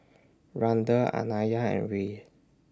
Randel Anaya and Rhea